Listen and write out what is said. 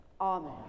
Amen